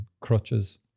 crutches